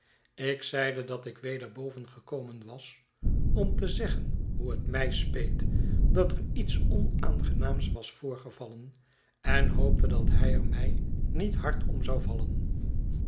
ik zeide dat ik weder boven gekomen was om te zeggen hoe het mij speet dat er iets onaangenaams was voorgevallen en hoopte dat hij er mij niet hard om zou vallen